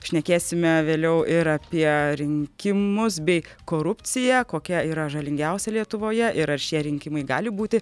šnekėsime vėliau ir apie rinkimus bei korupciją kokia yra žalingiausia lietuvoje ir ar šie rinkimai gali būti